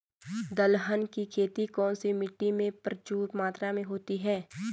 दलहन की खेती कौन सी मिट्टी में प्रचुर मात्रा में होती है?